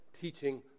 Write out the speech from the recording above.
teaching